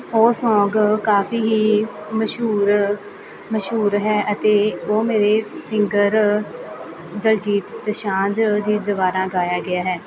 ਉਹ ਸੌਂਗ ਕਾਫ਼ੀ ਹੀ ਮਸ਼ਹੂਰ ਮਸ਼ਹੂਰ ਹੈ ਅਤੇ ਉਹ ਮੇਰੇ ਸਿੰਗਰ ਦਲਜੀਤ ਦੋਸਾਂਝ ਜੀ ਦੁਆਰਾ ਗਾਇਆ ਗਿਆ ਹੈ